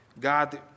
God